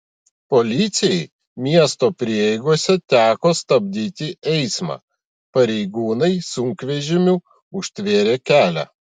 policijai miesto prieigose teko stabdyti eismą pareigūnai sunkvežimiu užtvėrė kelią